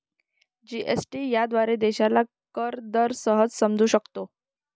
GST याद्वारे देशाला कर दर सहज समजू शकतो